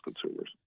consumers